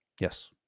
Yes